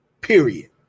Period